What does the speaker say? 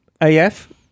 af